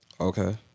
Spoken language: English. Okay